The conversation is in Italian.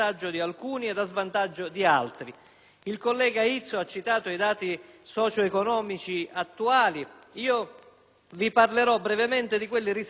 Il collega Izzo ha citato i dati socio-economici attuali, io vi parlerò brevemente di quelli risalenti agli anni precedenti l'Unità d'Italia.